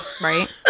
Right